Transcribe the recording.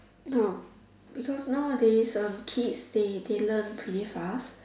no because nowadays um kids they they learn pretty fast